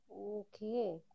Okay